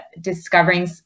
discovering